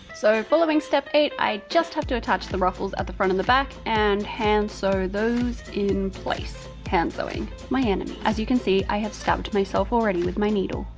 so following step eight, i just have to attach the ruffles at the front and the back and hand sew those in place. handsewing. my enemy. and as you can see, i have stabbed myself already with my needle.